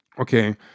okay